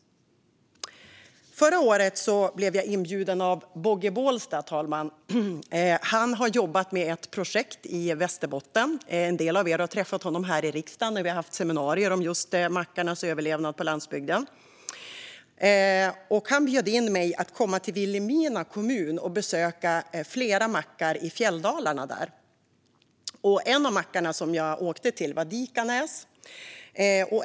Förra året blev jag inbjuden av Bogge Bolstad, fru talman. Han har jobbat med ett projekt i Västerbotten. En del av er har träffat honom här i riksdagen när vi har haft seminarier om just mackarnas överlevnad på landsbygden. Han bjöd in mig att komma till Vilhelmina kommun och besöka flera mackar i fjälldalarna där. En av mackarna som jag åkte till var den i Dikanäs.